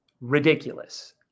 ridiculous